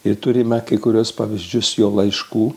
ir turime kai kuriuos pavyzdžius jo laiškų